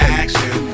action